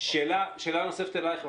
שאלה נוספת אליך.